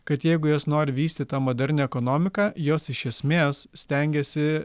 kad jeigu jos nori vystyt tą modernią ekonomiką jos iš esmės stengiasi